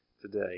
today